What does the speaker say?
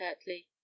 curtly